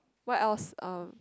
what else uh